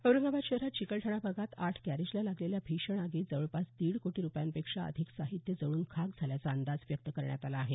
औरंगाबाद शहरात चिकलठाणा भागात आठ गरेजला लागलेल्या भीषण आगीत जवळपास दीड कोटी रूपयांपेक्षा अधिक साहित्य जळून खाक झाल्याचा अंदाज व्यक्त करण्यात आला आहे